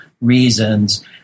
reasons